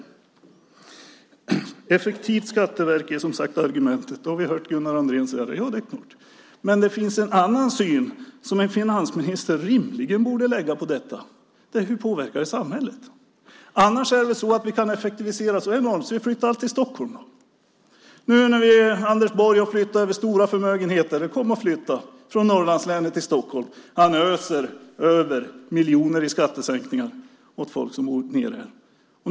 Ett effektivt skatteverk är, som sagt, argumentet. Det har vi hört Gunnar Andrén säga. Men det finns en annan syn som en finansminister rimligen borde lägga på detta. Det är hur det påverkar samhället. Annars kan vi väl effektivisera så enormt att vi flyttar allt till Stockholm, nu när Anders Borg har flyttat över stora förmögenheter. Kom och flytta från Norrlandslänen till Stockholm! Han öser över miljoner i skattesänkningar åt folk som bor här nere.